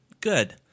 good